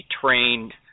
trained –